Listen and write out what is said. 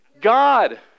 God